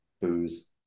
booze